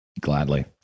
Gladly